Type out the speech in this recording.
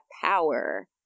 power